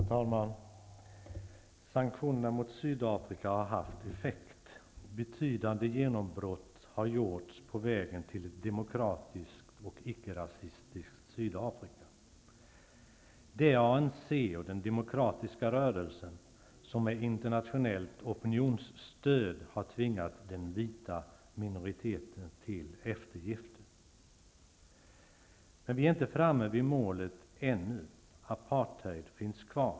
Herr talman! Sanktionerna mot Sydafrika har haft effekt. Betydande genombrott har gjorts på vägen till ett demokratiskt och icke-rasistiskt Sydafrika. Det är ANC och den demokratiska rörelsen som med internationellt opinionsstöd har tvingat den vita minoriteten till eftergifter. Men vi är inte framme vid målet ännu -- apartheid finns kvar.